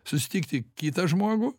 susitikti kitą žmogų